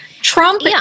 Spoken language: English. Trump